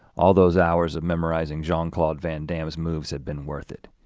all those hours of memorizing jean-claude van damme, his moves had been worth it.